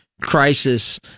crisis